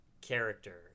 character